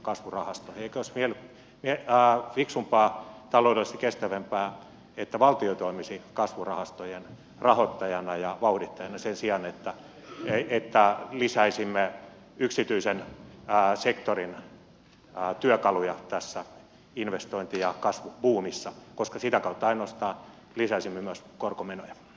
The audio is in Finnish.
eikö olisi fiksumpaa ja taloudellisesti kestävämpää että valtio toimisi kasvurahastojen rahoittajana ja vauhdittajana sen sijaan että lisäisimme yksityisen sektorin työkaluja tässä investointi ja kasvubuumissa koska sitä kautta ainoastaan lisäisimme myös korkomenoja